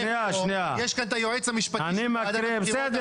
פה היועץ המשפטי של ועדת הבחירות המרכזית